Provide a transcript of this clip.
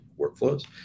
workflows